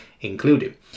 included